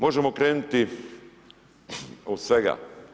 Možemo krenuti od svega.